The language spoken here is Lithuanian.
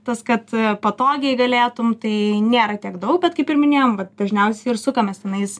tas kad patogiai galėtum tai nėra tiek daug bet kaip ir minėjom dažniausiai ir sukamės tenais